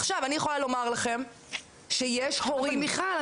עכשיו אני יכולה לומר לכם שיש הורים שצופים בנו --- אבל מיכל,